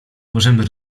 możemy